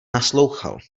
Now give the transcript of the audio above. naslouchal